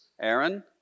Aaron